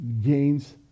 gains